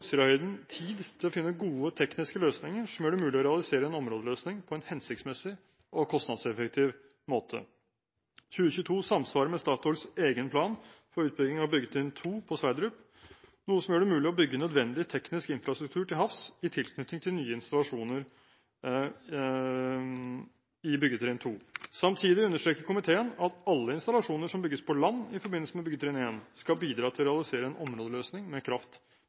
Utsirahøyden tid til å finne gode tekniske løsninger som gjør det mulig å realisere en områdeløsning på en hensiktsmessig og kostnadseffektiv måte. 2022 samsvarer med Statoils egen plan for utbygging av byggetrinn 2 på Johan Sverdrup, noe som gjør det mulig å bygge nødvendig teknisk infrastruktur til havs i tilknytning til nye installasjoner i byggetrinn 2. Samtidig understreker komiteen at alle installasjoner som bygges på land i forbindelse med byggetrinn 1, skal bidra til å realisere en områdeløsning med kraft